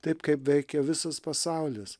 taip kaip veikia visas pasaulis